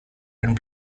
and